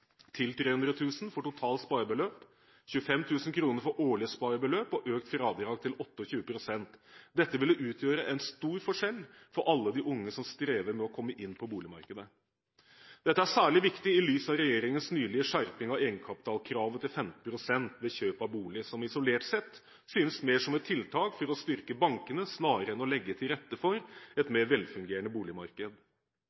til 300 000 kr for totalt sparebeløp, 25 000 kr for årlig sparebeløp og økt fradragssatsen til 28 pst. Dette ville utgjøre en stor forskjell for alle de unge som strever med å komme inn på boligmarkedet. Dette er særlig viktig i lys av regjeringens nylige skjerping av egenkapitalkravet til 15 pst. ved kjøp av bolig, noe som isolert sett synes mer som et tiltak for å styrke bankene enn å legge til rette for et